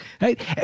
Right